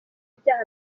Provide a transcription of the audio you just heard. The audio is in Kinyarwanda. ibyaha